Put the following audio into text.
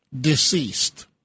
deceased